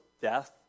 death